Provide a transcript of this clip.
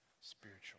spiritual